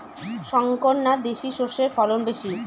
শংকর না দেশি সরষের ফলন বেশী?